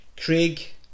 Craig